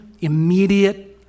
immediate